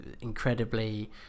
incredibly